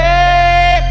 Hey